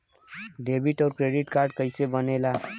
Debit और credit card कईसे बने ने ला?